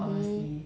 她的她的